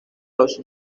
los